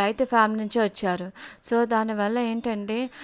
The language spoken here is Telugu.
రైతు ఫ్యామిలీ నుంచి వచ్చారు సో దానివల్ల ఏంటంటే